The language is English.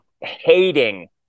hating